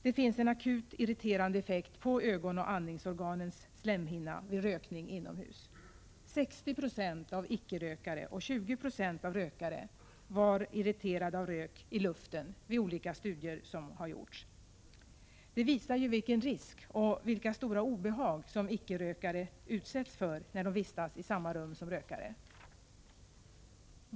Det finns en akut irriterande effekt på ögon och andningsorganens slemhinna vid rökning inomhus. 60 96 av icke-rökare och 20 260 av rökare var irriterade av rök i luften vid olika studier som har gjorts. Det visar vilken risk och vilka stora obehag som icke-rökare utsätts för när de vistas i samma rum som rökare.